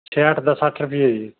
ਛੇ ਅੱਠ ਦਾ ਸੱਠ ਰੁਪਈਏ ਜੀ